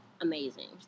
amazing